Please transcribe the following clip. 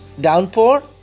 Downpour